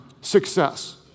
success